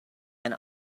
and